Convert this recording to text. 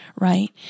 right